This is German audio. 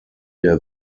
der